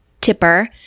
Tipper